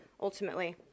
ultimately